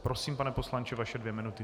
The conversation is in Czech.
Prosím, pane poslanče, vaše dvě minuty.